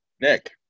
Nick